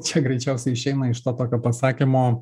čia greičiausiai išeina iš to tokio pasakymo